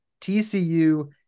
tcu